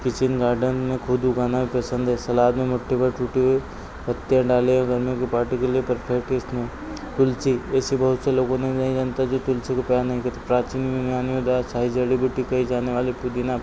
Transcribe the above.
kitchen garden में खुद उगाना पसंद है सलाद में मुट्ठीभर टूटी हुई पत्तियाँ डालें और गर्मियाें की पार्टी के लिए परफेक्ट टेस्ट हैं तुलसी ऐसे बहुत से लोग उन्हें नहीं जानता जो तुलसी को प्यार नहीं कर प्राचीन में साही जड़ी बूटी कही जाने वाली पुदीना